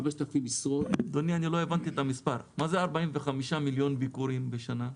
מה זה 45 מיליון ביקורים בשנה?